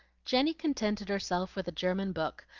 jenny contented herself with a german book,